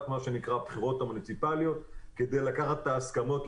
של הבחירות המוניציפליות כדי לקחת את ההסכמות,